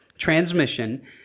transmission